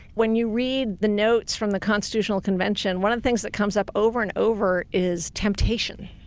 when you read the notes from the constitutional convention, one of the things that comes up over and over is temptation.